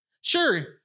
sure